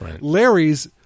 Larry's